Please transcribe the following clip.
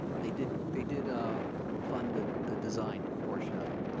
they did they did ah fund the the design portion of it.